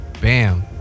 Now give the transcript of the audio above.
Bam